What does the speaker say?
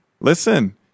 listen